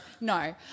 no